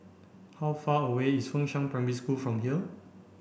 how far away is Fengshan Primary School from here